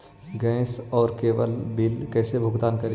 Gas और cable bill के कैसे भुगतान करी?